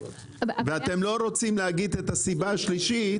ואתן לא רוצות להגיד את הסיבה השלישית